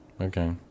Okay